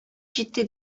җитте